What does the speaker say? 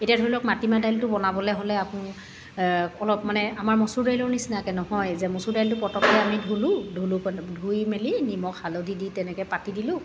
এতিয়া ধৰি লওক মাটিমাহ দাইলটো বনাবলৈ হ'লে আপুনি অলপ মানে আমাৰ মচুৰ দাইলৰ নিচিনাকৈ নহয় যে মচুৰ দাইলটো পতককৈ আমি ধুলো ধুই মেলি নিমখ হালধি দি তেনেকৈ পাতি দিলোঁ